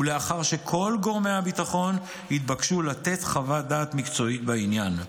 ולאחר שכל גורמי הביטחון יתבקשו לתת חוות דעת מקצועית בעניין.